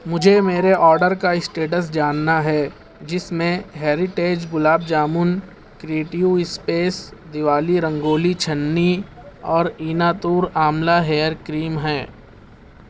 مجھے میرے آڈر کا اسٹیٹس جاننا ہے جس میں heritage gulab jamun creative space Diwali rangoli چھنّی اور ایناتور آملا ہیئر کریم ہیں